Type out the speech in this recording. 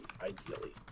ideally